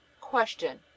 Question